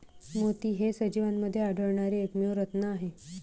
मोती हे सजीवांमध्ये आढळणारे एकमेव रत्न आहेत